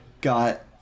got